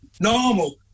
normal